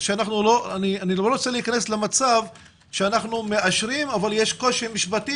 אני לא רוצה להיכנס למצב שאנחנו מאשרים אבל יש קושי משפטי